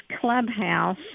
clubhouse